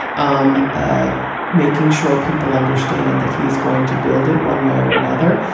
um ah making sure people understand that he is going to build it one way or another.